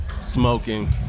Smoking